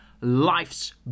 life's